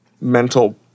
mental